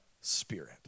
Spirit